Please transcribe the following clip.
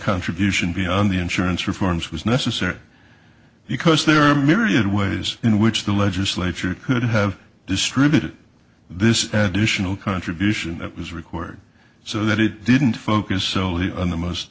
contribution beyond the insurance reforms was necessary because there are myriad ways in which the legislature could have distributed this is an additional contribution that was required so that it didn't focus solely on the most